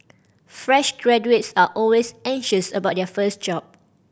fresh graduates are always anxious about their first job